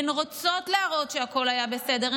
הן רוצות להראות שהכול היה בסדר,